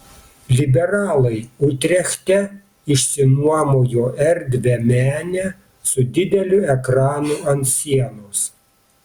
liberalai utrechte išsinuomojo erdvią menę su dideliu ekranu ant sienos